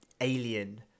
alien